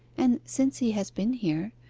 and since he has been here,